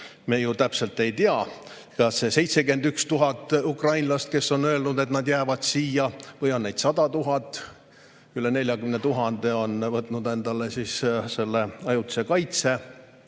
Me ju täpselt ei tea, [mida teevad] need 71 000 ukrainlast, kes on öelnud, et nad jäävad siia. Või on neid 100 000? Üle 40 000 on võtnud endale ajutise kaitse.